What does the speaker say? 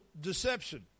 deception